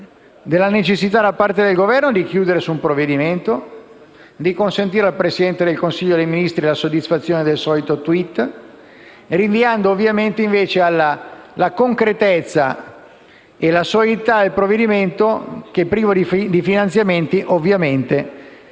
della necessità, da parte del Governo, di chiudere l'approvazione del provvedimento, di consentire al Presidente del Consiglio dei ministri la soddisfazione del solito *tweet*, rinviando invece la concretezza e la solidità del provvedimento che, privo di finanziamenti, avrà ovviamente